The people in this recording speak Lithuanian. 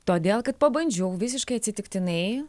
todėl kad pabandžiau visiškai atsitiktinai